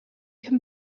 can